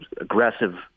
aggressive